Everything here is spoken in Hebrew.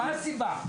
מה הסיבה?